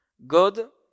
God